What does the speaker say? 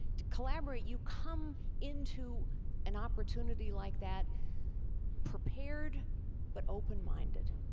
to collaborate you come into an opportunity like that prepared but open minded.